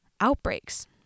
outbreaks